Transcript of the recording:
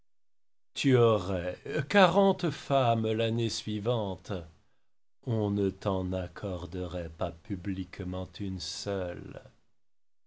tu aurais quarante femmes l'année suivante on ne t'en accorderait pas publiquement une seule